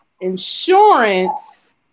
insurance